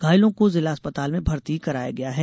घायलों को जिला अस्पताल में भर्ती कराया गया है